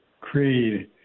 Creed